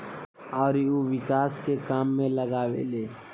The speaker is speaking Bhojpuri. अउरी उ विकास के काम में लगावेले